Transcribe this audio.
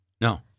No